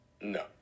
No